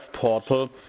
portal